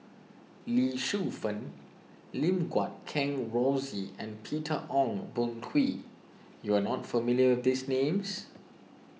Lee Shu Fen Lim Guat Kheng Rosie and Peter Ong Boon Kwee you are not familiar with these names